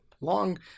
Long